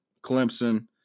Clemson